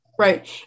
Right